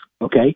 Okay